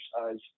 exercise